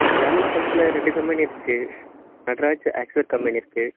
geometry பாக்ஸில் ரெண்டு company இருக்குது நட்ராஜ் ஆக்ஸர் கம்பெனி இருக்குது